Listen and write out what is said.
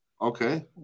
Okay